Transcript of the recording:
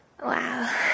Wow